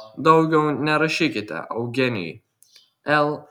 daugiau nerašykite eugenijui